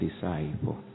disciple